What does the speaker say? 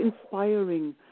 inspiring